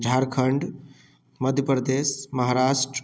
Jharkhand Madhya Pradesh Maharashtra